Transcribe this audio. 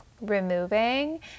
removing